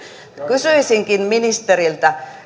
kysyisinkin ministeriltä